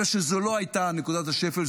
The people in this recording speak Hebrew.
אלא שזו לא הייתה נקודת השפל,